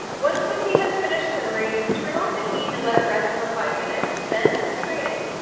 once the tea has finished simmering, turn off the heat and let it rest for five minutes then strain it.